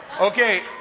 Okay